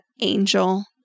Angel